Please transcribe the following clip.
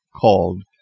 called